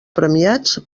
premiats